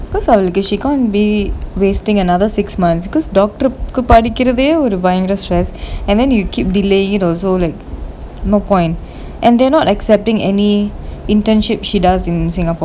because அவளுக்கு:avaluku she can't be wasting another six months because doctor க்கு படிகிறதே ஒரு பயங்கர:kku padikirathae oru bayangara stress and then you keep delaying it also like no point and they're not accepting any internship she does in singapore